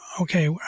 okay